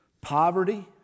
poverty